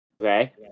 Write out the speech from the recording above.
Okay